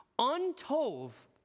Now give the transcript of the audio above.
Untove